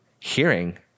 hearing